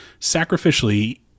sacrificially